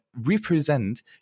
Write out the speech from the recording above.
represent